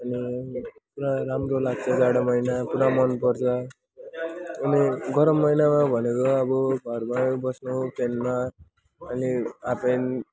अनि त्यहाँ राम्रो लाग्छ जाडो महिना पुरा मन पर्छ अनि गरम महिनामा भनेको अब घर घरै बस्नु फेनमा अनि हाफ प्यान्ट